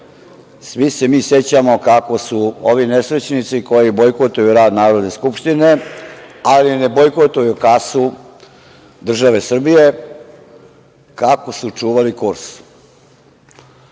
svi se mi sećamo kako su ovi nesrećnici koji bojkotuju rad Narodne skupštine, ali ne bojkotuju kasu države Srbije, kako su čuvali kurs.